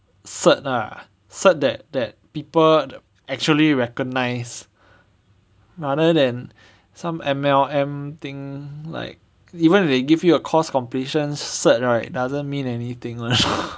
cert ah cert that that people actually recognise rather than some M_L_M thing like even if they give you a course completion cert right doesn't mean anything